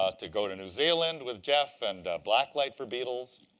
ah to go to new zealand with jeff and blacklight for beetles.